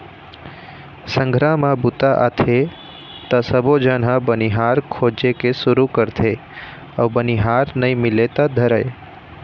संघरा म बूता आथे त सबोझन ह बनिहार खोजे के सुरू करथे अउ बनिहार नइ मिले ल धरय